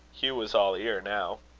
hugh was all ear now.